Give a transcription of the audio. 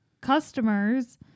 customers